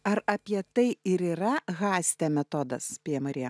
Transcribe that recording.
ar apie tai ir yra haste metodas pija marija